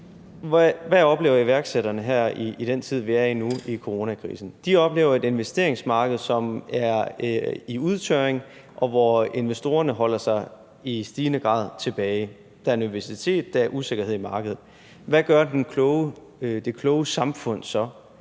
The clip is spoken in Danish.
Hvad oplever iværksætterne i den tid, vi er i nu, her under coronakrisen? De oplever et investeringsmarked, som er under udtørring, og hvor investorerne i stigende grad holder sig tilbage – der er nervøsitet, der er usikkerhed i markedet. Hvad gør det kloge samfund så?